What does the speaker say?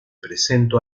presento